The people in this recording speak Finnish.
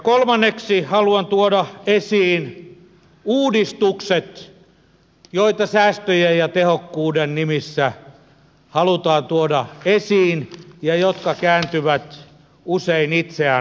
kolmanneksi haluan tuoda esiin uudistukset joita säästöjen ja tehokkuuden nimissä halutaan tuoda esiin ja jotka kääntyvät usein itseään vastaan